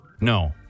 No